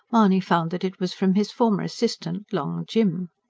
mahony found that it was from his former assistant, long jim.